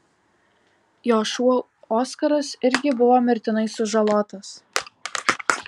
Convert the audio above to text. jo šuo oskaras irgi buvo mirtinai sužalotas